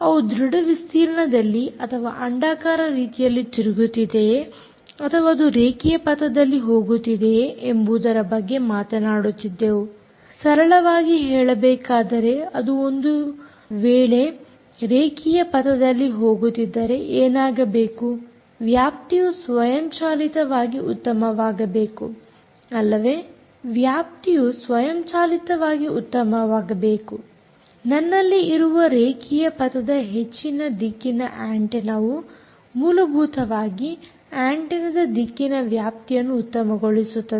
ಅವು ಧೃಢ ವಿಸ್ತೀರ್ಣದಲ್ಲಿ ಅಥವಾ ಅಂಡಾಕಾರ ರೀತಿಯಲ್ಲಿ ತಿರುಗುತ್ತಿದೆಯೇ ಅಥವಾ ಅದು ರೇಖೀಯ ಪಥದಲ್ಲಿ ಹೋಗುತ್ತಿದೆಯೇ ಎಂಬುದರ ಬಗ್ಗೆ ಮಾತನಾಡುತ್ತಿದ್ದೆವು ಸರಳವಾಗಿ ಹೇಳಬೇಕಾದರೆ ಅದು ಒಂದು ವೇಳೆ ರೇಖೀಯ ಪಥದಲ್ಲಿ ಹೋಗುತ್ತಿದ್ದರೆ ಏನಾಗಬೇಕು ವ್ಯಾಪ್ತಿಯು ಸ್ವಯಂಚಾಲಿತವಾಗಿ ಉತ್ತಮವಾಗಬೇಕು ಅಲ್ಲವೇ ವ್ಯಾಪ್ತಿಯು ಸ್ವಯಂಚಾಲಿತವಾಗಿ ಉತ್ತಮವಾಗಬೇಕು ನನ್ನಲ್ಲಿ ಇರುವ ರೇಖೀಯ ಪಥದ ಹೆಚ್ಚಿನ ದಿಕ್ಕಿನ ಆಂಟೆನ್ನವು ಮೂಲಭೂತವಾಗಿ ಆಂಟೆನ್ನದ ದಿಕ್ಕಿನ ವ್ಯಾಪ್ತಿಯನ್ನು ಉತ್ತಮಗೊಳಿಸುತ್ತದೆ